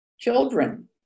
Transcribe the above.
children